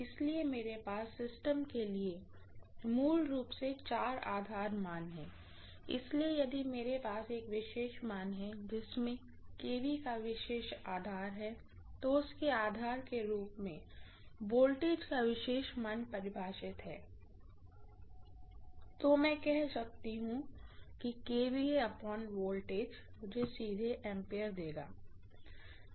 इसलिए मेरे पास सिस्टम के लिए मूल रूप से चार आधार मान हैं इसलिए यदि मेरे पास एक विशेष मान है जिसमें kV का विशेष आधार है और उसके आधार के रूप में वोल्टेज का विशेष मान परिभाषित है तो मैं कह सकती हूँ मुझे सीधे एम्पीयर देगा